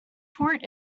port